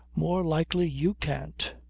more likely you can't.